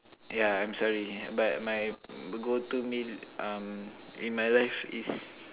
yeah I'm sorry but my go to meal um in my life is